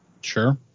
Sure